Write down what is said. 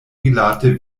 rilate